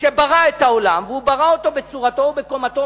שברא את העולם והוא ברא אותו בצורתו ובקומתו,